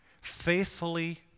faithfully